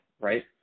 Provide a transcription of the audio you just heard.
Right